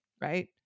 right